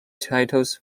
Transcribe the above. titles